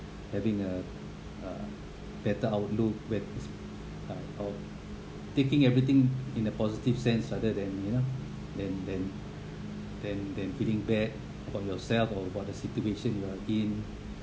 having a a better outlook where this taking everything in a positive sense rather than you know than than than than feeling bad about yourself or about the situation you are in